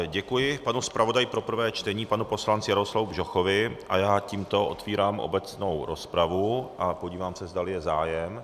Děkuji panu zpravodaji pro prvé čtení panu poslanci Jaroslavu Bžochovi a tímto otevírám obecnou rozpravu a podívám se, zdali je zájem.